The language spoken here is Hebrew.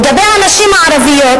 לגבי הנשים הערביות,